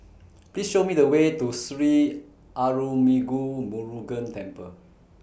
Please Show Me The Way to Sri Arulmigu Murugan Temple